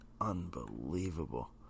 unbelievable